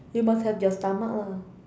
you must have their stomach lah